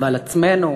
ועל עצמנו,